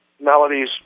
melodies